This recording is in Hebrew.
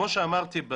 כמו שאמרתי,